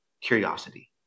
curiosity